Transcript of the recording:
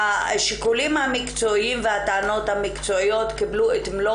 השיקולים המקצועיים והטענות המקצועיות קיבלו את מלוא